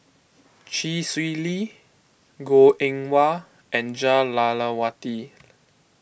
Chee Swee Lee Goh Eng Wah and Jah Lelawati